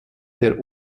der